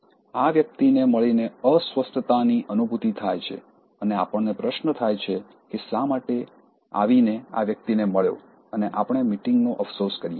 આ વ્યક્તિને મળીને અસ્વસ્થતાની અનુભૂતિ થાય છે અને આપણને પ્રશ્ન થાય છે કે શા માટે આવીને આ વ્યક્તિને મળ્યો અને આપણે મીટિંગનો અફસોસ કરીએ છીએ